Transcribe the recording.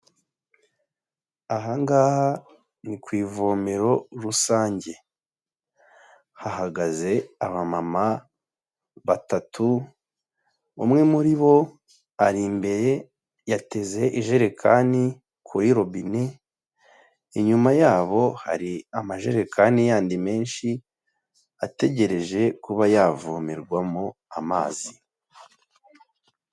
Aha ngaha ni ku ivomero rusange. Hahagaze abamama batatu, umwe muri bo ari imbere yateze ijerekani kuri robini, inyuma yabo hari amajerekani yandi menshi, ategereje kuba yavomerwamo amazi.